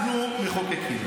אנחנו מחוקקים.